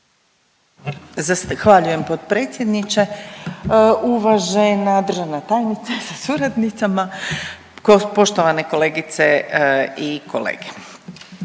Zahvaljujem g. potpredsjedniče, poštovana državna tajnice sa suradnicama, poštovane kolegice i kolege.